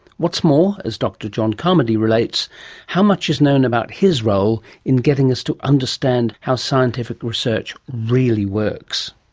what's more, as dr john carmody relates how much is known about his role in getting us to understand how scientific research really works.